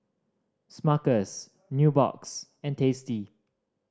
Smuckers Nubox and Tasty